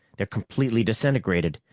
they're completely disintegrated.